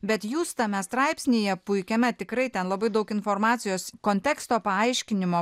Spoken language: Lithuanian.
bet jūs tame straipsnyje puikiame tikrai ten labai daug informacijos konteksto paaiškinimo